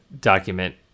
document